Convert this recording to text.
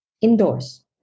indoors